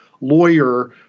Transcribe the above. lawyer